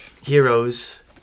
heroes